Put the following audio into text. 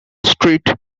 street